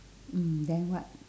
mm then what